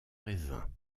raisin